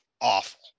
awful